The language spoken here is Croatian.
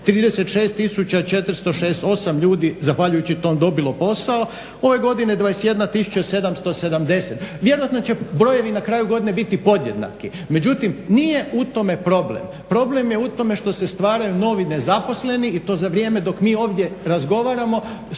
468 ljudi zahvaljujući tom dobilo posao. Ove godine 21 tisuća 770. Vjerojatno će brojevi na kraju godine biti podjednaki, međutim nije u tome problem, problem je u tome što se stvaraju novi nezaposleni i to za vrijeme dok mi ovdje razgovaramo